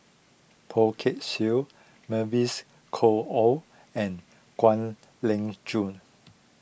Poh Kay Swee Mavis Khoo Oei and Kwek Leng Joo